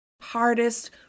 hardest